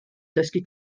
dysgu